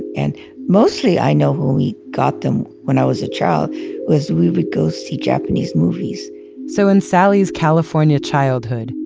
and mostly i know when we got them when i was a child was, we would go see japanese movies so in sally's california childhood,